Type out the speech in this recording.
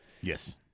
yes